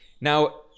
Now